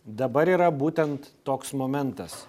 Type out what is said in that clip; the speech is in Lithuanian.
dabar yra būtent toks momentas